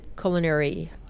culinary